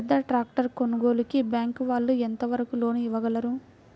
పెద్ద ట్రాక్టర్ కొనుగోలుకి బ్యాంకు వాళ్ళు ఎంత వరకు లోన్ ఇవ్వగలరు?